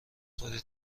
خوری